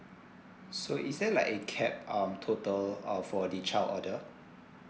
so is there like a caa um total uh for the child order